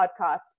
podcast